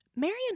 Marion